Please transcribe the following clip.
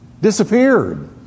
disappeared